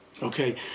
Okay